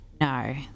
no